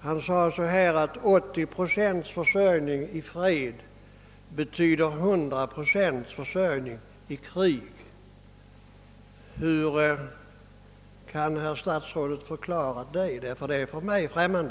Han sade att 80 procents försörjning i fred betyder 100 procents försörjning i krig. Hur kan herr statsrådet förklara detta? Det är något för mig främmande.